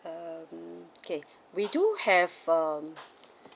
um K we do have um